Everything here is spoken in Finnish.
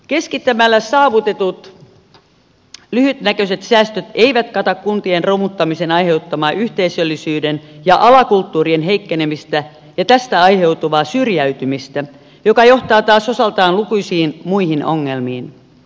keskittämällä saavutetut lyhytnäköiset säästöt eivät kata kuntien romuttamisen aiheuttamaa yhteisöllisyyden ja alakulttuurien heikkenemistä ja tästä aiheutuvaa syrjäytymistä joka johtaa taas osaltaan lukuisiin muihin ongelmiin